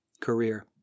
career